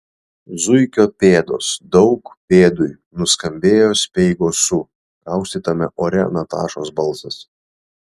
zuikio pėdos daug pėdui nuskambėjo speigo su kaustytame ore natašos balsas